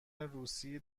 روسی